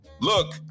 look